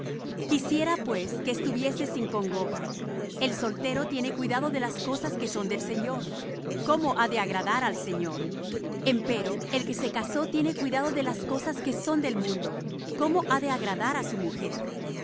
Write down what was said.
quisiera pues que estuvieseis sin congoja el soltero tiene cuidado de las cosas que son del señor cómo ha de agradar al señor empero el que se casó tiene cuidado de las cosas que son del mundo cómo ha de agradar á su mujer